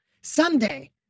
Someday